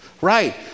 Right